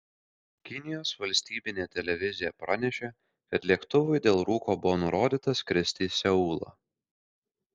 kinijos valstybinė televizija pranešė kad lėktuvui dėl rūko buvo nurodyta skristi į seulą